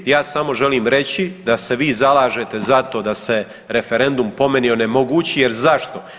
Ja samo želim reći da se vi zalažete za to da se referendum po meni, onemogući, jer zašto?